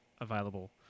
available